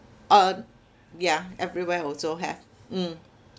orh yeah everywhere also have mm